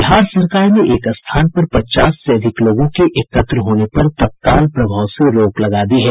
बिहार सरकार ने एक स्थान पर पचास से अधिक लोगों के एकत्र होने पर तत्काल प्रभाव से रोक लगा दी है